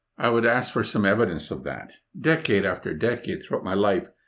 i would ask for some evidence of that. decade after decade throughout my life,